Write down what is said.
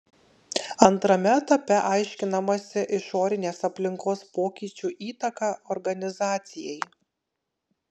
antrame etape aiškinamasi išorinės aplinkos pokyčių įtaka organizacijai